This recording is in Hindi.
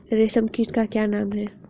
रेशम कीट का नाम क्या है?